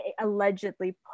allegedly